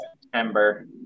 September